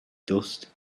dust